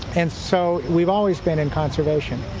and so we've always been in conservation.